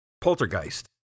Poltergeist